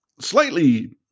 slightly